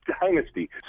Dynasty